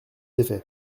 effets